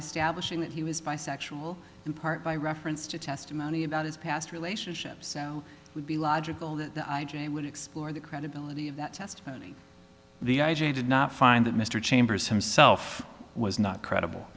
establishing that he was bisexual in part by reference to testimony about his past relationships would be logical that the i j a would explore the credibility of that testimony the i j a did not find that mr chambers himself was not credible